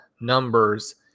numbers